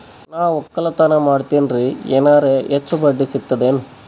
ನಾ ಒಕ್ಕಲತನ ಮಾಡತೆನ್ರಿ ಎನೆರ ಹೆಚ್ಚ ಬಡ್ಡಿ ಸಿಗತದೇನು?